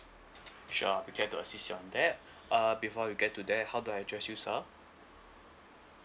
sure I'll be there to assist you on that uh before you get to there how can I address you sir